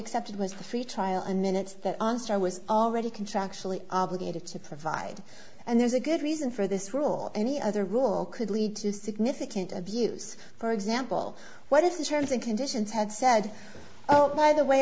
accepted was a free trial in minutes that answer was already contractually obligated to provide and there's a good reason for this rule any other rule could lead to significant abuse for example what if the terms and conditions had said oh by the way